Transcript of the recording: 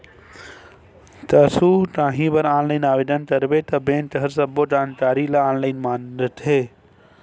कुछु काही बर ऑनलाईन आवेदन करबे त बेंक ह सब्बो जानकारी ल ऑनलाईन मांगथे